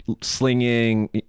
slinging